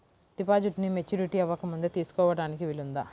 డిపాజిట్ను మెచ్యూరిటీ అవ్వకముందే తీసుకోటానికి వీలుందా?